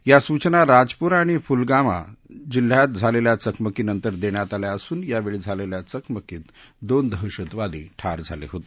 या सूचना राजपोरा आणि फुलवामा जिल्ह्यात झालेल्या चकमकीनंतर देण्यात आल्या असून या वेळी झालेल्या चकमकीत दोन दहशतवादी ठार झाले होते